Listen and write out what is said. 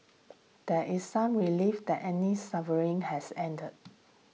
there is some relief that Annie's suffering has ended